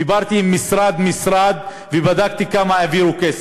דיברתי עם משרד-משרד, ובדקתי כמה כסף העבירו.